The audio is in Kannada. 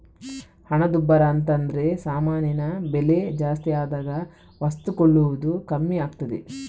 ಹಣದುಬ್ಬರ ಅಂತದ್ರೆ ಸಾಮಾನಿನ ಬೆಲೆ ಜಾಸ್ತಿ ಆದಾಗ ವಸ್ತು ಕೊಳ್ಳುವುದು ಕಮ್ಮಿ ಆಗ್ತದೆ